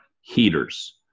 heaters